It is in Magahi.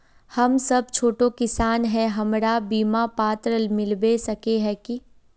हम सब छोटो किसान है हमरा बिमा पात्र मिलबे सके है की?